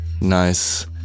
nice